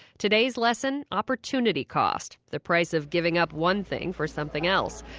today's lesson opportunity cost. the price of giving up one thing for something else.